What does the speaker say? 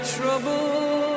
trouble